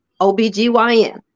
OBGYN